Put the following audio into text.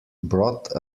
brought